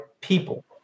people